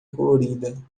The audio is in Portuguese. colorida